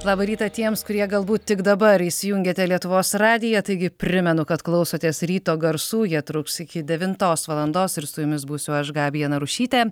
labą rytą tiems kurie galbūt tik dabar įsijungėte lietuvos radiją taigi primenu kad klausotės ryto garsų jie truks iki devintos valandos ir su jumis būsiu aš gabija narušytė